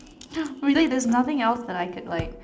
really there's nothing else that I could like